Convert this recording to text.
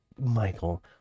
Michael